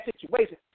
situation